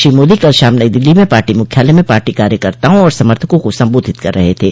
श्री मोदी कल शाम नई दिल्ली में पार्टी मुख्यालय में पार्टी कार्यकर्ताओं और समर्थकों को संबोधित कर रहे थे